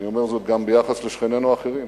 אני אומר זאת גם ביחס לשכנינו האחרים,